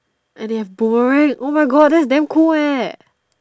and they have boomerang oh my God that's damn cool eh